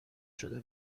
شده